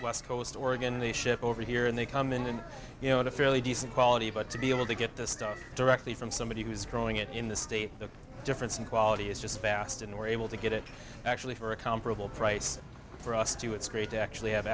west coast oregon in the ship over here and they come in you know at a fairly decent quality but to be able to get the stuff directly from somebody who's growing it in the state the difference in quality is just fast and we're able to get it actually for a comparable price for us to it's great to actually have